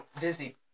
Disney